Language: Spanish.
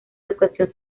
educación